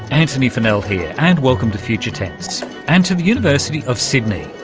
antony funnell here, and welcome to future tense and to the university of sydney,